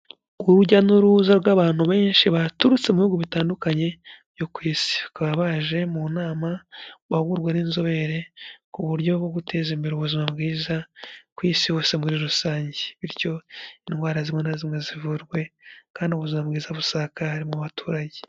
Urujya n'uruza rw'abantu benshi baturutse mu bihugu bitandukanye byo ku Isi, bakaba baje mu nama bahugurwa n'inzobere, ku buryo bwo guteza imbere ubuzima bwiza ku Isi hose muri rusange, bityo indwara zibona zimwe zivurwe kandi ubuzima bwiza busakare mu baturage.